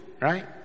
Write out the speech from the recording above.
right